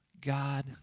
God